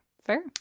fair